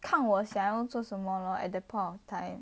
看我想要做什么 lor at that point of time